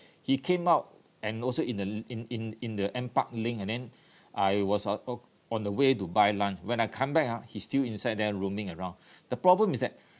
he came out and also in the in in in the N park link and then I was on o~ on the way to buy lunch when I come back ah he still inside there roaming around the problem is that